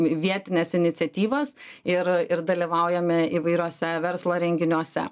vietines iniciatyvas ir ir dalyvaujame įvairiose verslo renginiuose